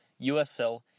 usl